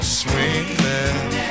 sweetness